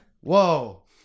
Whoa